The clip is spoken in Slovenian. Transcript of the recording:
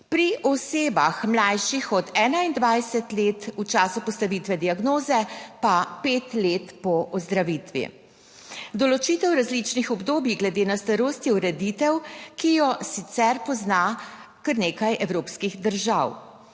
pri osebah, mlajših od 21 let, v času postavitve diagnoze pa pet let po ozdravitvi. Določitev različnih obdobij glede na starost je ureditev, ki jo sicer pozna kar nekaj evropskih držav.